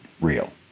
real